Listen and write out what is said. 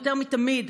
יותר מתמיד,